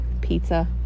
pizza